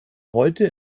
heute